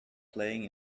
playing